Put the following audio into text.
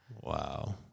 Wow